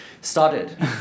started